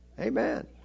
Amen